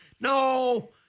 No